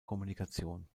kommunikation